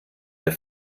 der